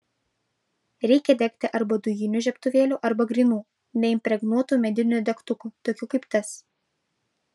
reikia degti arba dujiniu žiebtuvėliu arba grynu neimpregnuotu mediniu degtuku tokiu kaip tas